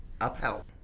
upheld